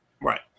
Right